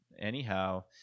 anyhow